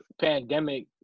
pandemic